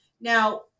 Now